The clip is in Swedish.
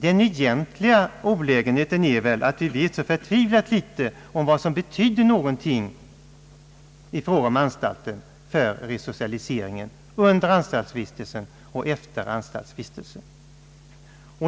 Den stora olägenheten är väl att vi vet så förtvivlat litet om vad som betyder någonting i fråga om anordningarna för resocialiseringen under och efter anstaltsvistelsen.